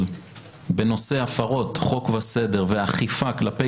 לטיפול בנושאי הפרות חוק וסדר ואכיפה כלפי